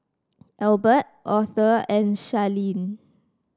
Albert Auther and Charleen